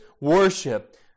worship